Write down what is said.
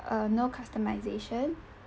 err no customisation